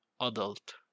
adult